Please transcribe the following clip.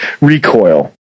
recoil